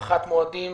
הארכת מועדים